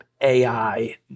AI